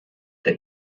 der